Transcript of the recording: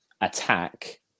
attack